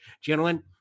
Gentlemen